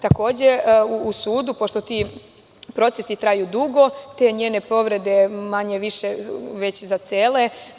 Takođe, u sudu, pošto ti procesi traju dugo, te njene povrede manje-više već zacele.